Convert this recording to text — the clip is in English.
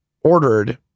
ordered